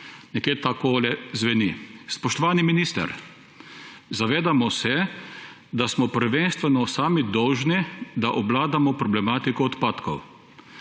Nekje takole zveni: »Spoštovani minister, zavedamo se, da smo prvenstveno sami dolžni, da obvladamo problematiko odpadkov.